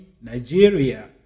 Nigeria